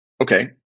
okay